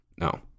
No